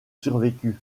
survécu